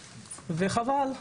וחבל,